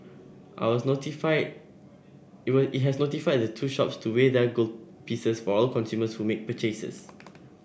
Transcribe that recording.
notified it was has notified the two shops to weigh their gold pieces for all consumers who make purchases